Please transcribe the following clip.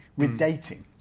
with dating,